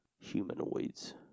humanoids